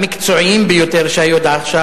המקצועיים ביותר שהיו עד עכשיו.